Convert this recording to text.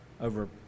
over